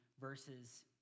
verses